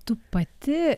tu pati